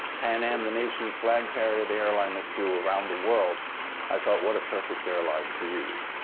pan am, the nation's flag carrier, the airline that flew around the world i thought, what a perfect airline to use.